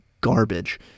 garbage